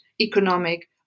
economic